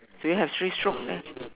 do you have three stroke there